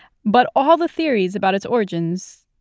but all the theories about its origins,